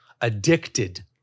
addicted